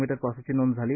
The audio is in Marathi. मी पावसाची नोंद झाली